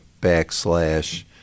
backslash